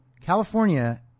California